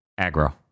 Aggro